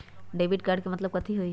Debit card के मतलब कथी होई?